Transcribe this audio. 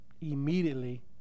immediately